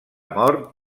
mort